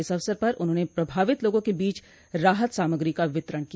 इस अवसर पर उन्होंने प्रभावित लोगों के बीच राहत सामाग्री का वितरण किया